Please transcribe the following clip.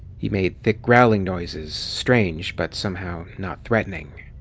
he made thick growling noises, strange, but somehow not threatening.